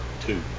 two